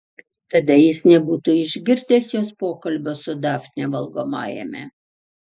tada jis nebūtų išgirdęs jos pokalbio su dafne valgomajame